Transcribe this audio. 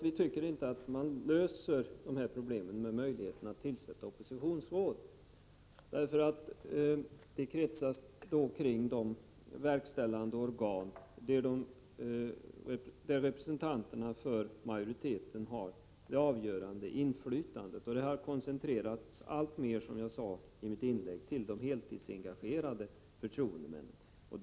Vi tycker inte att man löser dessa problem genom möjligheten att tillsätta oppositionsråd, eftersom allt då kretsar kring de verkställande organ där majoritetens representanter har det avgörande inflytandet. Detta har koncentrerats alltmer, som jag sade i mitt tidigare inlägg, till de 77 heltidsengagerade förtroendemännen.